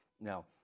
Now